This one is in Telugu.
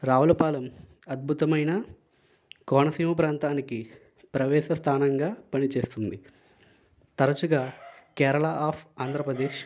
రావులపాలెం అద్భుతమైన కోనసీమ ప్రాంతానికి ప్రవేశ స్థానంగా పని చేస్తుంది తరచుగా కేరళ ఆఫ్ ఆంధ్రప్రదేశ్